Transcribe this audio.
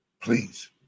please